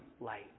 light